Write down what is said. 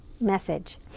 message